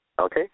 Okay